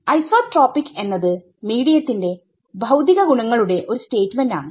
isotropic എന്നത് മീഡിയത്തിന്റെ ഭൌതികഗുണങ്ങളുടെ ഒരു സ്റ്റേറ്റ്മെന്റ് ആണ്